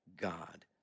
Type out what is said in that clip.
God